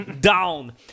down